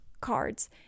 cards